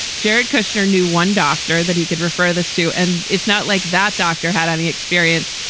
jared kushner knew one doctor that he could refer this to. and it's not like that doctor had any experience,